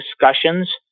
Discussions